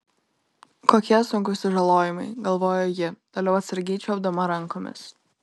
kokie sunkūs sužalojimai galvojo ji toliau atsargiai čiuopdama rankomis